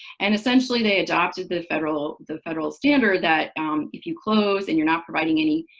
and essentially they adopted the federal the federal standard that if you close and you're not providing any,